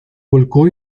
volcó